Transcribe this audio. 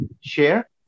share